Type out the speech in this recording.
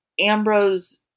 Ambrose